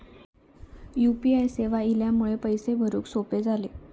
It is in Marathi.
यु पी आय सेवा इल्यामुळे पैशे भरुक सोपे झाले